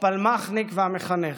הפלמ"חניק והמחנכת,